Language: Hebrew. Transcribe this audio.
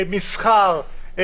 מסחר,